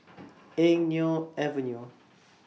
Eng Neo Avenue